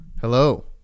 hello